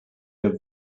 der